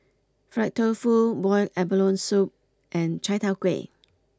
Fried Tofu Boiled Abalone Soup and Chai Tow Kway